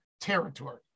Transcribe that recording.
territory